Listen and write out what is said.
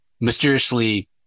mysteriously